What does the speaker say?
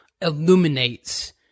illuminates